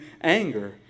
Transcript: anger